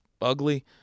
ugly